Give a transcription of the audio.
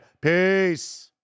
Peace